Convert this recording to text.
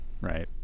right